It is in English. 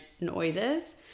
noises